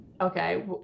Okay